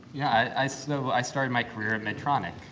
yeah. i so i started my career at medtronic,